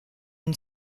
une